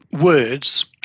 words